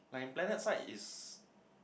like in planet side is